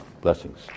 Blessings